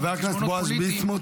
חבר הכנסת בועז ביסמוט,